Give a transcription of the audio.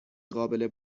قابل